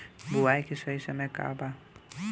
बुआई के सही समय का वा?